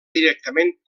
directament